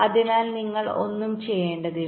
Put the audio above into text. അതിനാൽ നിങ്ങൾ ഒന്നും ചെയ്യേണ്ടതില്ല